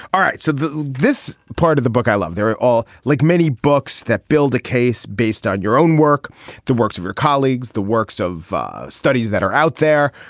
all right. so this part of the book i love they're all like many books that build a case based on your own work the works of your colleagues the works of studies that are out there.